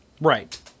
Right